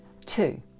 Two